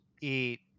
eat